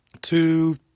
two